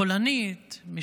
חולנית,